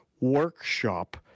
workshop